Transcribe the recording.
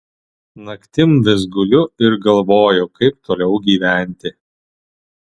naktim vis guliu ir galvoju kaip toliau gyventi